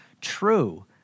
true